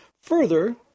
Further